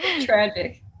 Tragic